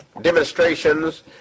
demonstrations